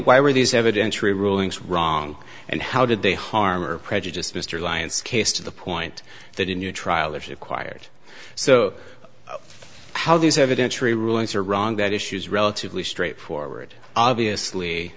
why were these evidentiary rulings wrong and how did they harm or prejudice mr alliance case to the point that in your trial if you acquired so how these evidentiary rulings are wrong that issues relatively straightforward obviously